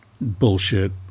bullshit